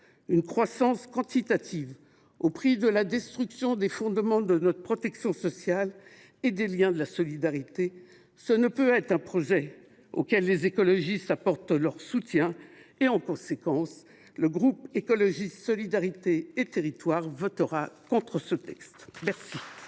Une croissance quantitative au prix de la destruction des fondements de notre protection sociale et des liens de la solidarité ne peut être un projet auquel les écologistes apportent leur soutien. En conséquence, le groupe Écologiste Solidarité et Territoires votera contre ce texte. La